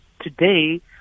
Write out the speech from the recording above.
today